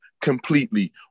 completely